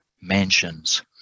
mansions